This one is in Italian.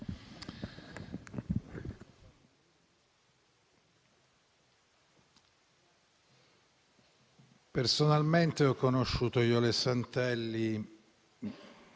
personalmente ho conosciuto Jole Santelli